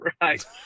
Right